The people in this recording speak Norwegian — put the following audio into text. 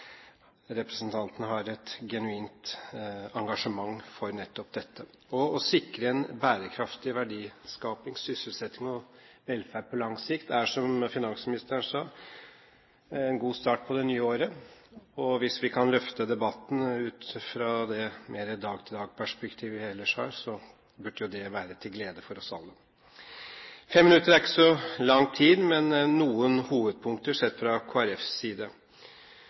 representanten har et genuint engasjement for nettopp dette. Å sikre en bærekraftig verdiskaping, sysselsetting og velferd på lang sikt er, som finansministeren sa, en god start på det nye året. Hvis vi kan løfte debatten ut fra det mer dag-til-dag-perspektivet vi ellers har, burde jo det være til glede for oss alle. Fem minutter er ikke så lang tid, men noen hovedpunkter sett fra Kristelig Folkepartis side